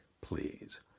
please